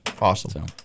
Awesome